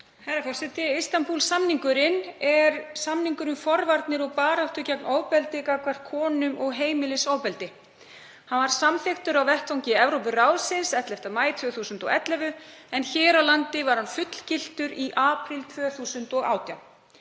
Herra forseti. Istanbúl-samningurinn er samningur um forvarnir og baráttu gegn ofbeldi gagnvart konum og heimilisofbeldi. Hann var samþykktur á vettvangi Evrópuráðsins 11. maí 2011, en hér á landi var hann fullgiltur í apríl 2018.